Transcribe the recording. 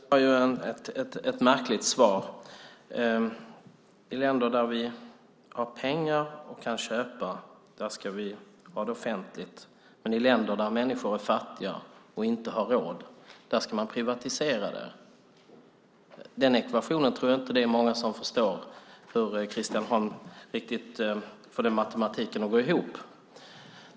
Fru talman! Det var ett märkligt svar. I länder där vi har pengar och kan köpa, där ska vi ha det offentligt, men i länder där människor är fattiga och inte har råd, där ska man privatisera det. När det gäller den ekvationen tror jag inte att det är många som förstår hur Christian Holm riktigt får matematiken att gå ihop.